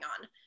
on